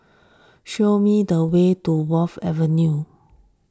show me the way to Wharf Avenue